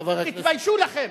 תתביישו לכם,